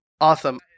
Awesome